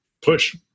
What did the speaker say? push